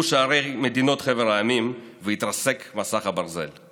שערי מדינות חבר העמים והתרסק מסך הברזל.